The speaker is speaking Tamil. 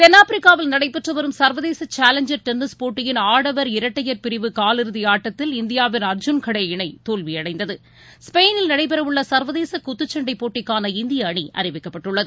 தென்னாப்பிரிக்காவில் நடைபெற்றுவரும் சர்வதேசசேலஞ்சர் டென்னிஸ் போட்டியின் ஆடவர் இரட்டையர் பிரிவு காலிறுதிஆட்டத்தில் இந்தியாவின் அர்ஜுன் கடே இணைதோல்விஅடைந்தது நடைபெறவுள்ளசா்வதேசகுத்துச்சண்டைப் ஸ்பெயினில் போட்டிக்கான இந்தியஅணிஅறிவிக்கப்பட்டுள்ளது